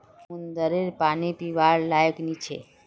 समंद्ररेर पानी पीवार लयाक नी छे